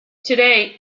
today